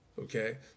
Okay